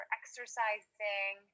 exercising